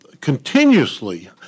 continuously